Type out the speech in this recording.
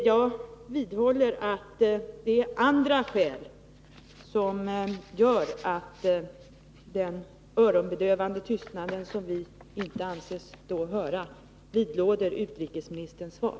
Jag vidhåller att det är andra skäl som gör att den ”öronbedövande” tystnad som vi inte anses höra vidlåder utrikesministerns svar.